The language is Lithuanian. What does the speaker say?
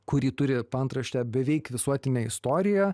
kuri turi paantraštę beveik visuotinė istorija